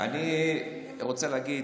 אני רוצה להגיד,